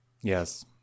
Yes